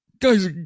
guys